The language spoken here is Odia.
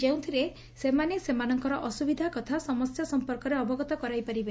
ଯେଉଁଥିରେ ସେମାନେ ସେମାନଙ୍କର ଅସୁବିଧା କଥା ସମସ୍ୟା ସମ୍ପର୍କରେ ଅବଗତ କରାଇପାରିବେ